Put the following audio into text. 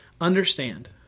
Understand